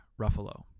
Ruffalo